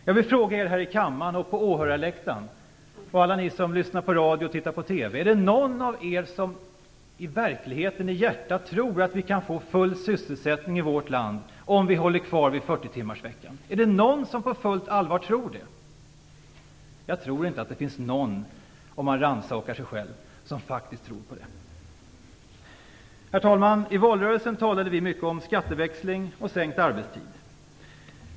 Jag vill fråga er här i kammaren, på åhörarläktaren och alla ni som lyssnar på radio och tittar på TV: Är det någon av er som i verkligheten i hjärtat tror att vi kan få full sysselsättning i vårt land om vi håller kvar vid 40-timmarsveckan? Är det någon som på fullt allvar tror det? Jag tror inte att det finns någon som, om man rannsakar sig själv, faktiskt tror på det. Herr talman! I valrörelsen talade vi mycket om skatteväxling och sänkt arbetstid.